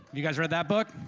you guys read that book?